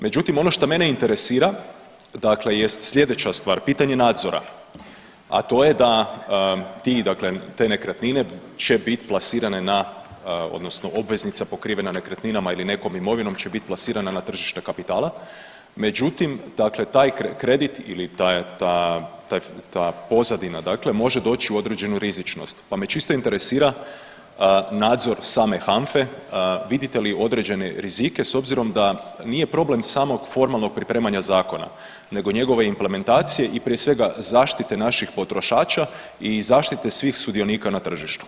Međutim, ono šta mene interesira jest sljedeća stvar, pitanje nadzora, a to je da te nekretnine će biti plasirane na odnosno obveznica pokrivena nekretninama ili nekom imovinom će biti plasirana na tržište kapitala, međutim taj kredit ili ta pozadina može doći u određenu rizičnost, pa me čisto interesira nadzor same HNFA-e, vidite li određene rizike s obzirom da nije problem samog formalnog pripremanja zakona nego njegove implementacije i prije svega zaštite naših potrošača i zaštite svih sudionika na tržištu?